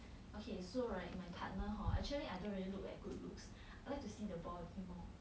okay so right in my partner hor actually I don't really look at good looks I like to see the body more